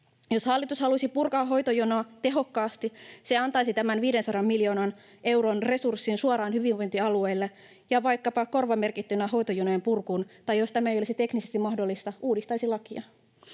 Jos hallitus haluaisi purkaa hoitojonoja tehokkaasti, se antaisi tämän 500 miljoonan euron resurssin suoraan hyvinvointialueille ja vaikkapa korvamerkittynä hoitojonojen purkuun, tai jos tämä ei olisi teknisesti mahdollista, uudistaisi lakia.